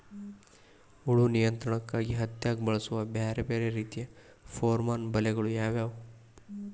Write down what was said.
ಹುಳು ನಿಯಂತ್ರಣಕ್ಕಾಗಿ ಹತ್ತ್ಯಾಗ್ ಬಳಸುವ ಬ್ಯಾರೆ ಬ್ಯಾರೆ ರೇತಿಯ ಪೋರ್ಮನ್ ಬಲೆಗಳು ಯಾವ್ಯಾವ್?